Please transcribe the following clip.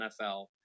NFL